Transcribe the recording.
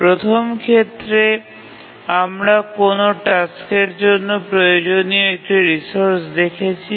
প্রথম ক্ষেত্রে আমরা কোনও টাস্কের জন্য প্রয়োজনীয় একটি রিসোর্স দেখেছি